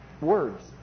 words